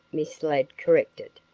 miss ladd corrected.